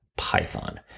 python